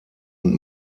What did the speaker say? und